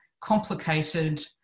complicated